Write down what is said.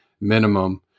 minimum